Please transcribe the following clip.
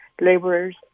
laborers